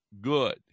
good